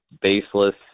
baseless